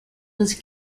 was